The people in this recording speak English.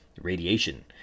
radiation